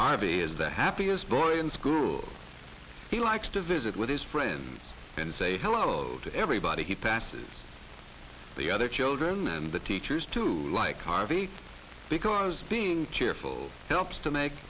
is the happiest boy in school he likes to visit with his friends and say hello to everybody he passes the other children and the teachers to like harvey because being cheerful helps to make